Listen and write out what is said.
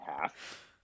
half